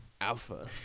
Alpha